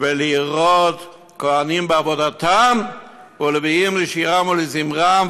ולראות כוהנים בעבודתם ולוויים לשירם ולזמרם,